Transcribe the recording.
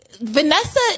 Vanessa